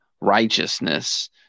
righteousness